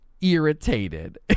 irritated